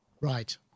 right